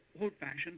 old-fashioned